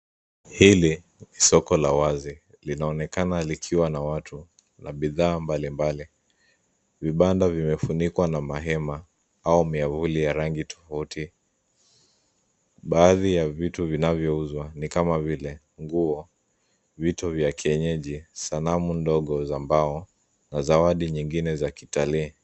Hili ni soko la wazi linaonekana likiwa na watu na bidhaa mbalimbali. Vibanda vimefunikwa na mahema au miavuli ya rangi tofauti, baadhi ya vitu vinavyouzwa ni kama vile nguo, vitu vya kienyeji, sanamu ndogo za mbao na zawadi nyingine za kitalii.